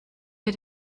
wir